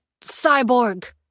cyborg